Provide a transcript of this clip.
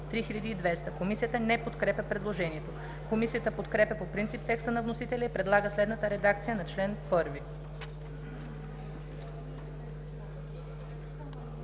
3 200,0.“ Комисията не подкрепя предложението. Комисията подкрепя по принцип текста на вносителя и предлага следната редакция на чл.